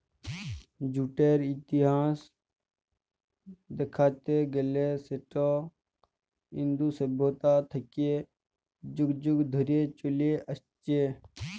জুটের ইতিহাস দ্যাইখতে গ্যালে সেট ইন্দু সইভ্যতা থ্যাইকে যুগ যুগ ধইরে চইলে আইসছে